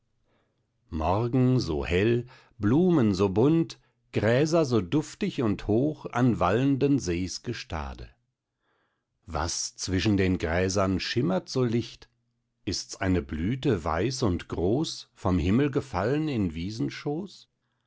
morgen so hell blumen so bunt gräser so duftig und hoch an wallenden sees gestade was zwischen den gräsern schimmert so licht ist's eine blüte weiß und groß vom himmel gefallen in wiesenschoß